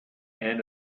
end